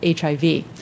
HIV